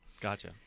Gotcha